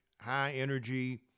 high-energy